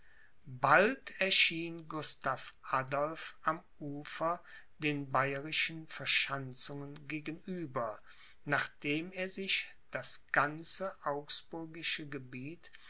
bald erschien gustav adolph am ufer den bayerischen verschanzungen gegenüber nachdem er sich das ganze augsburgische gebiet